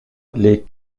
les